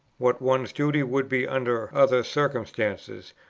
what one's duty would be under other circumstances,